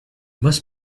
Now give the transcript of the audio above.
must